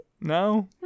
No